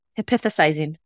hypothesizing